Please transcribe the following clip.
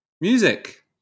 music